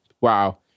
Wow